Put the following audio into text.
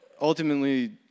ultimately